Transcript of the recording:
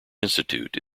institute